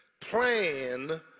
plan